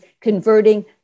converting